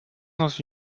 dans